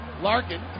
Larkin